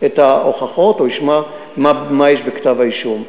ההוכחות או ישמע מה יש בכתב האישום.